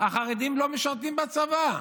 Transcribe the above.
החרדים לא משרתים בצבא.